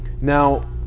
now